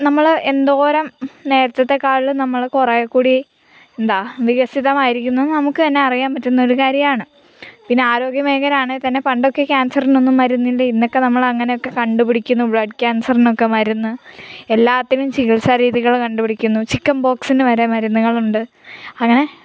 നമ്മൾ എന്തോരം നേരത്തത്തേക്കാളും നമ്മൾ കുറേ കൂടി എന്താണ് വികസിതമായിരിക്കുന്നു നമുക്ക് തന്നെ അറിയാൻ പറ്റുന്ന ഒരു കാര്യമാണ് പിന്നെ ആരോഗ്യ മേഖല ആണെങ്കിൽ തന്നെ പണ്ടൊക്കെ ക്യാൻസറിനൊന്നും മരുന്നില്ല ഇന്നൊക്കെ നമ്മൾ അങ്ങനെയൊക്കെ കണ്ടുപിടിക്കുന്നു ബ്ലഡ് ക്യാൻസറിനൊക്കെ മരുന്ന് എല്ലാത്തിനും ചികത്സാ രീതികൾ കണ്ട് പിടിക്കുന്നു ചിക്കൻ പോക്സിന് വരെ മരുന്നുകൾ ഉണ്ട് അങ്ങനെ